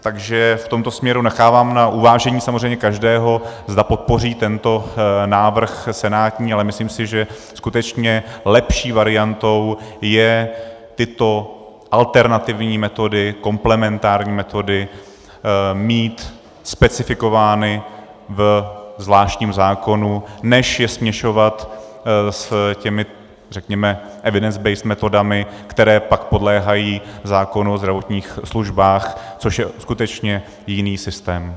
Takže v tomto směru nechávám na uvážení, samozřejmě, každého, zda podpoří tento senátní návrh, ale myslím si, že skutečně lepší variantou je tyto alternativní metody, komplementární metody mít specifikovány ve zvláštním zákonu než je směšovat s těmi řekněme evidence base metodami, které pak podléhají zákonu o zdravotních službách, což je skutečně jiný systém.